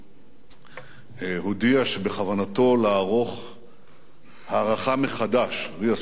הודיע שבכוונתו לערוך הערכה מחדש, reassessment,